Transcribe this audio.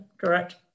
correct